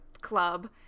club